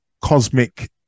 cosmic